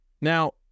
Now